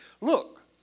Look